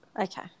Okay